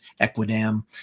Equidam